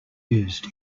used